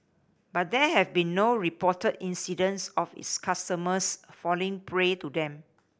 but there have been no reported incidents of its customers falling prey to them